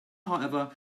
however